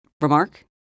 remark